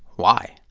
why?